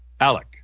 Alec